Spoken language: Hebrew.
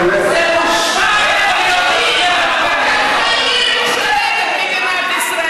אתה מנסה, תגיש בבקשה